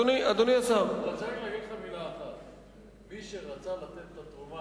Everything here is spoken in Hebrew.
אני רוצה רק להגיד לך מלה אחת: מי שרצה לתת את התרומה